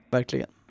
Verkligen